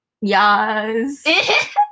Yes